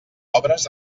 obres